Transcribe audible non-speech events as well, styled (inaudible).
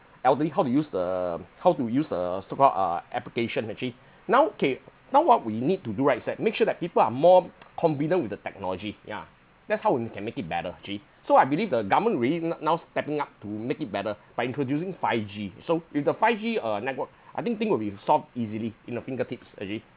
elderly how to use the how to use the so called uh application actually now okay now what we need to do right is that make sure that people are more confident with the technology ya that's how we can make it better actually so I believe the government already n~ now stepping up to make it better by introducing five g so with the five g uh network (breath) I think thing will be solved easily in a fingertips actually